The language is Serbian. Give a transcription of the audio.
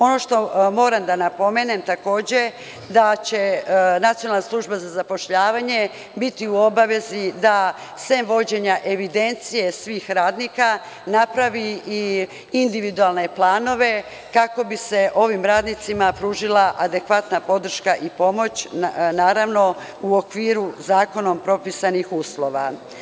Ono što moram da napomenem takođe je da će Nacionalna služba za zapošljavanje biti u obavezi da sem vođenja evidencije svih radnika napravi i individualne planove kako bi se ovim radnicima pružila adekvatna podrška i pomoć naravno u okviru zakonom propisanih uslova.